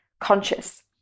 conscious